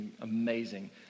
amazing